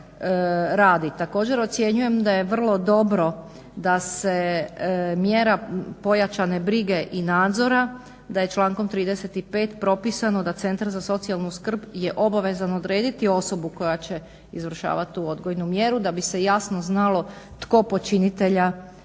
Također, ocjenjujem da je vrlo dobro da se mjera pojačane brige i nadzora, da je člankom 35. propisano da Centar za socijalnu skrb je obavezan odrediti osobu koja će izvršavat tu odgojnu mjeru, da bi se jasno znalo tko počinitelja prati